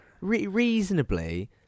reasonably